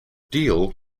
deal